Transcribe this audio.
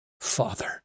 Father